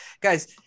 guys